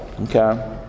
Okay